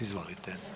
Izvolite.